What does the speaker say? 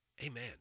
Amen